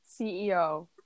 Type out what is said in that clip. CEO